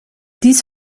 dies